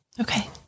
Okay